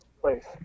place